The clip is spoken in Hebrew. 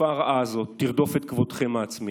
התקופה הרעה הזאת תרדוף את כבודכם העצמי,